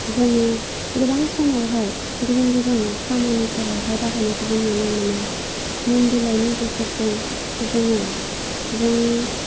जोङो गोबां समावहाय गुबुन गुबुन खामानिफोरावहाय बाहायनायखौबो नुनो मोनो निम बिलाइनि गेजेरजों जोङो जोंनि